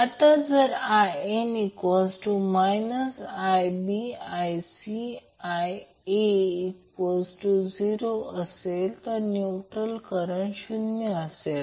आता जर In IaIbIc0 असेल तर न्यूट्रल करंट शून्य असेल